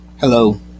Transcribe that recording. hello